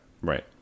right